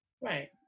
Right